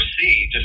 see